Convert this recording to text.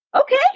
Okay